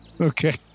Okay